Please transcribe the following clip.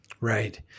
Right